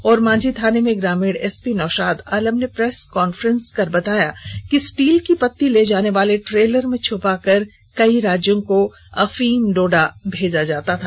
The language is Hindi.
ओरमांझी थाना में ग्रामीण एसपी नौशाद आलम ने प्रेस कांफ्रेंस कर बताया कि स्टील की पत्ती लेकर जाने वाले टेलर में छुपा कर कई राज्यों को अफीम डोडा भेजा जाता था